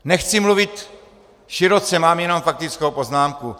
Nechci mluvit široce, mám jenom faktickou poznámku.